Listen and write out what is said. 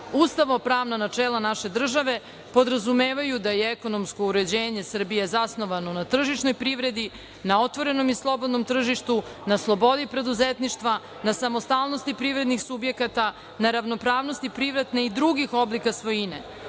ustavno-pravna načela naše države podrazumevaju da je ekonomsko uređenje Srbije zasnovano na tržišnoj privredi, na otvorenom i slobodnom tržištu, na slobodi preduzetništva, na samostalnosti privrednih subjekata, na ravnopravnosti privatne i drugih oblika svojine.